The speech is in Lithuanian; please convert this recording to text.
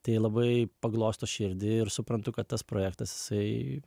tai labai paglosto širdį ir suprantu kad tas projektas jisai